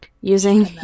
Using